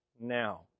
now